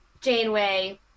Janeway